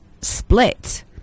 split